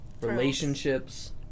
Relationships